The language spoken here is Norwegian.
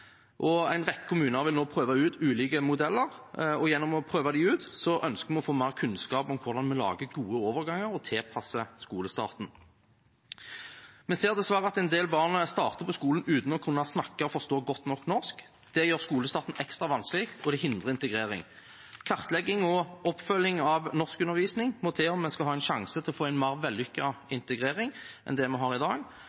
En rekke kommuner vil nå prøve ut ulike modeller, og gjennom å prøve dem ut ønsker vi å få mer kunnskap om hvordan vi lager gode overganger og tilpasser skolestarten. Vi ser dessverre at en del barn starter på skolen uten å kunne snakke og forstå godt nok norsk. Det gjør skolestarten ekstra vanskelig, og det hindrer integrering. Kartlegging og oppfølging av norskundervisning må til om vi skal ha en sjanse til å få en mer